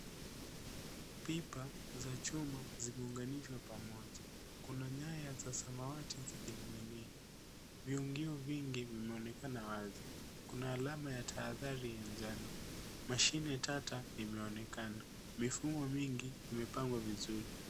Pipa za chuma zimeunganishwa pamoja. Kuna nyaya za samawati zikining'inia. Viungio vingi vimeonekana wazi. Kuna alama ya tahadhari ya njano. Mashine tata imeonekana. Mifumo mingi imepangwa vizuri.